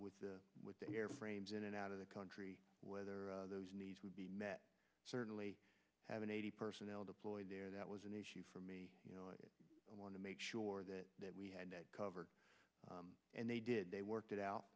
with the with the airframes in and out of the country whether those needs would be met certainly haven't eighty personnel deployed there that was an issue for me you know i want to make sure that we had that covered and they did they worked it out